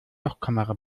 lochkamera